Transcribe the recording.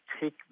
take